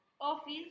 office